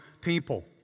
people